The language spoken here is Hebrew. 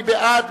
מי בעד?